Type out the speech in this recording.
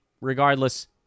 Regardless